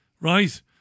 Right